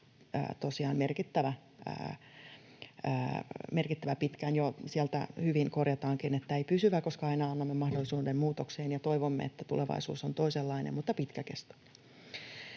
[Välihuuto] — Joo, sieltä hyvin korjataankin, että ei pysyvä, koska aina annamme mahdollisuuden muutokseen ja toivomme, että tulevaisuus on toisenlainen, mutta pitkäkestoinen.